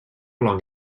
long